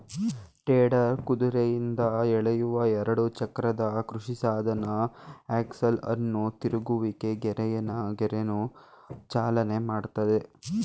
tedder ಕುದುರೆಯಿಂದ ಎಳೆಯುವ ಎರಡು ಚಕ್ರದ ಕೃಷಿಸಾಧನ ಆಕ್ಸೆಲ್ ಅನ್ನು ತಿರುಗುವಿಕೆ ಗೇರನ್ನು ಚಾಲನೆ ಮಾಡ್ತದೆ